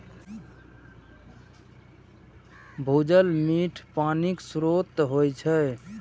भूजल मीठ पानिक स्रोत होइ छै